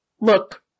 Look